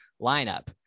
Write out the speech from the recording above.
lineup